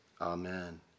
Amen